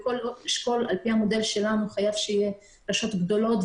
בכל אשכול לפי המודל שלנו חייב שיהיה רשויות גדולות,